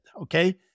Okay